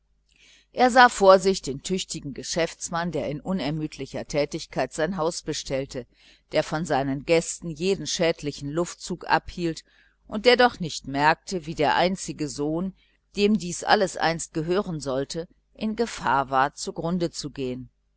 er sah vor sich den tüchtigen geschäftsmann der in unermüdlicher tätigkeit sein hotel bestellte der von seinen gästen jeden schädlichen luftzug abhielt und der doch nicht merkte wie der einzige sohn dem dies alles einst gehören sollte in gefahr war zugrunde zu gehen